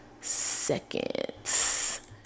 seconds